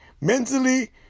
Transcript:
mentally